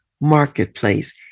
marketplace